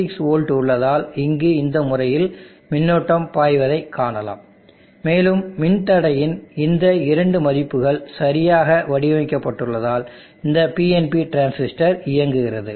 6 volt உள்ளதால் இங்கு இந்த முறையில் மின்னோட்டம் பாய்வதை காணலாம் மேலும் மின்தடையின் இந்த இரண்டு மதிப்புகள் சரியாக வடிவமைக்கப் பட்டுள்ளதால் இந்த PNP டிரான்சிஸ்டர் இயங்குகிறது